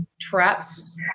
traps